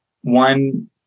one